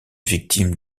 victime